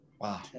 Wow